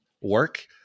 work